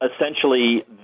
essentially